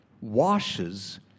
washes